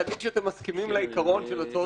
להגיד שאתם מסכימים לעיקרון של הצעות